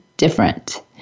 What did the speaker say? different